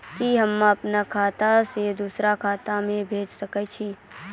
कि होम आप खाता सं दूसर खाता मे भेज सकै छी?